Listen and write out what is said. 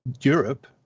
Europe